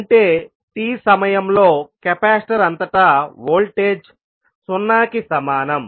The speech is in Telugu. అంటే t సమయంలో కెపాసిటర్ అంతటా వోల్టేజ్ 0 కి సమానం